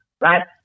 right